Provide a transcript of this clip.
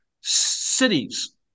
cities